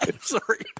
sorry